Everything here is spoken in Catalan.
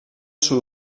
sud